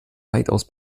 weitaus